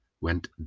went